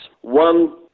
One